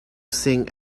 sing